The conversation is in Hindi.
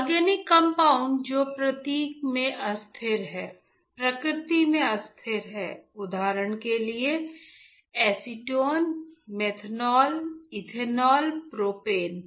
ऑर्गेनिक कंपाउंड जो प्रकृति में अस्थिर है उदाहरण के लिए एसीटोन मेथनॉल इथेनॉल प्रोपेनॉल